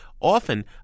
often